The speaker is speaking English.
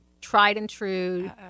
tried-and-true